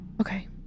Okay